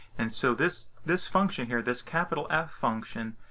and so, this this function here, this capital f function,